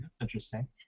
interesting